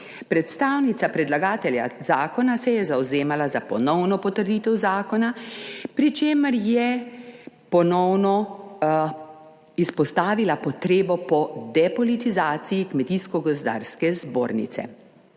Predstavnica predlagatelja zakona se je zavzemala za ponovno potrditev zakona, pri čemer je ponovno izpostavila potrebo po depolitizaciji Kmetijsko gozdarske zbornice.